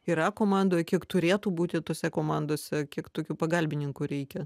yra komandoj kiek turėtų būti tose komandose kiek tokių pagalbininkų reikia